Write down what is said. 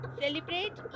celebrate